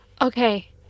Okay